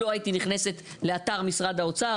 לא הייתי נכנסת לאתר משרד האוצר,